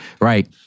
right